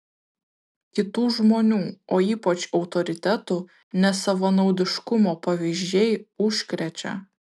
kitų žmonių o ypač autoritetų nesavanaudiškumo pavyzdžiai užkrečia